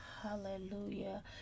hallelujah